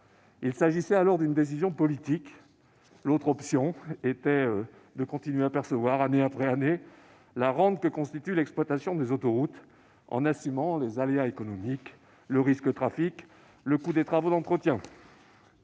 Il s'agissait alors d'une décision politique. L'autre option était de continuer à percevoir, année après année, la rente que constitue l'exploitation des autoroutes, en assumant les aléas économiques : niveau du trafic, coût des travaux d'entretien